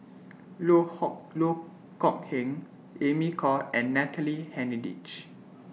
Loh Hock Loh Kok Heng Amy Khor and Natalie Hennedige